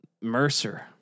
Mercer